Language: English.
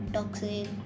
Toxic